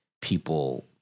people